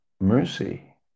mercy